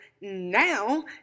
now